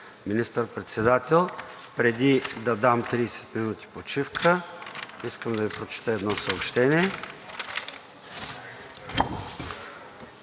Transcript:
министър-председател. Преди да дам 30 минути почивка, искам да Ви прочета едно съобщение.